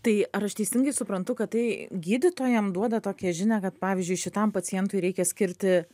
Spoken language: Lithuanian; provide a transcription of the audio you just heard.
tai ar aš teisingai suprantu kad tai gydytojam duoda tokią žinią kad pavyzdžiui šitam pacientui reikia skirti